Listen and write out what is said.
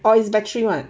or its battery [one]